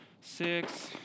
six